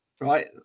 right